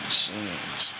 scenes